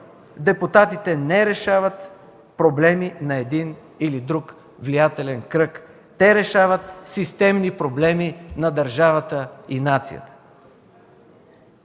Депутатите не решават проблеми на един или друг влиятелен кръг. Те решават системни проблеми на държавата и нацията.